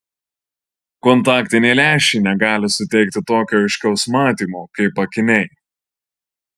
kontaktiniai lęšiai negali suteikti tokio aiškaus matymo kaip akiniai